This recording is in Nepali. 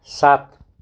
सात